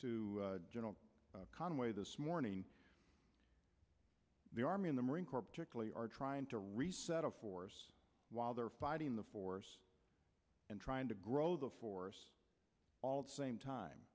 to general conway this morning the army in the marine corps particularly are trying to resettle for a while they're fighting the force and trying to grow the force same time